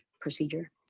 procedure